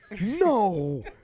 No